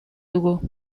dugu